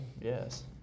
Yes